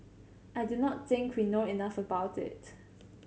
I do not think we know enough about it